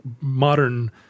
modern